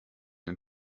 den